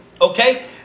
Okay